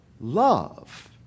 love